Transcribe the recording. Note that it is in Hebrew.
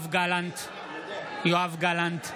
(קורא בשמות חברי הכנסת) יואב גלנט,